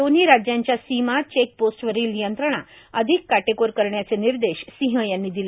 दोन्ही राज्यांच्या सीमा चेक पोस्टवरील यंत्रणा अधिक काटेकोर करण्याचे निर्देश सिंह यांनी दिले